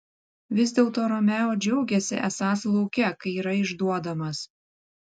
vis dėlto romeo džiaugėsi esąs lauke kai yra išduodamas